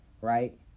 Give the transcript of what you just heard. right